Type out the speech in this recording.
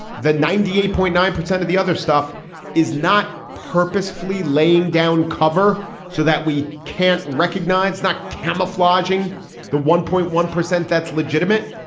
the ninety eight point nine percent of the other stuff is not purposefully laying down cover so that we can't recognize that camouflaging the one point one percent. that's legitimate,